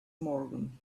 morgan